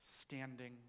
Standing